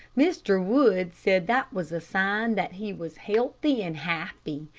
mr. wood said that was a sign that he was healthy and happy,